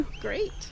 Great